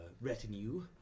retinue